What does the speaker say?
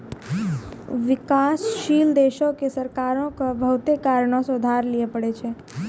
विकासशील देशो के सरकारो के बहुते कारणो से उधार लिये पढ़ै छै